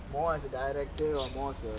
more as a director or more as a